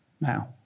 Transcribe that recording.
now